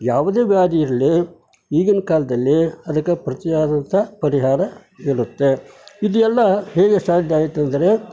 ಯಾವುದೇ ವ್ಯಾಧಿ ಇರಲಿ ಈಗಿನ ಕಾಲದಲ್ಲಿ ಅದಕ್ಕೆ ಪ್ರತಿಯಾದಂಥ ಪರಿಹಾರ ಇರುತ್ತೆ ಇದು ಎಲ್ಲ ಹೇಗೆ ಸಾಧ್ಯ ಆಯಿತು ಅಂದರೆ